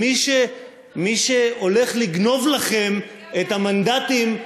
ומי שהולך לגנוב לכם את המנדטים,